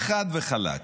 חד וחלק.